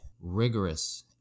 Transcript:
rigorous